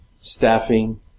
staffing